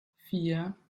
vier